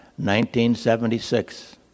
1976